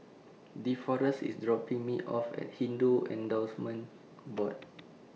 Deforest IS dropping Me off At Hindu endorsement Board